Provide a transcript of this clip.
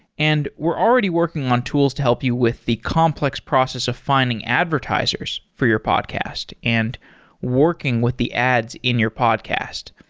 and we're already working on tools to help you with the complex process of finding advertisers for your podcast and working with the ads in your podcast.